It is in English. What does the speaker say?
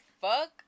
fuck